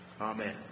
Amen